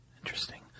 Interesting